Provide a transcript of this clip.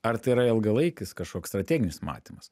ar tai yra ilgalaikis kažkoks strateginis matymas